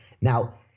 Now